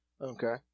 Okay